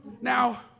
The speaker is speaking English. Now